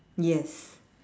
yes